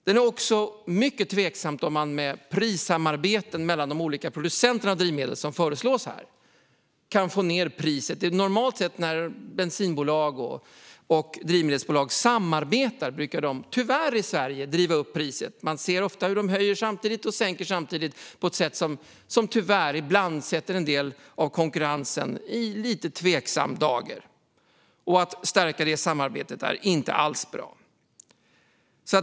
Det är också mycket tveksamt om man med prissamarbeten mellan producenterna av biodrivmedel, så som föreslås, kan få ned priset. Normalt sett, när bensinbolag och drivmedelsbolag samarbetar i Sverige, brukar de tyvärr driva upp priset. Man ser ofta hur de höjer och sänker samtidigt på ett sätt som tyvärr ibland sätter en del av konkurrensen i en lite tveksam dager. Att stärka detta samarbete är inte alls bra.